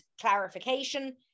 clarification